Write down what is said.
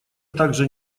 также